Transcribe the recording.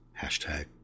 Hashtag